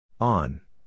On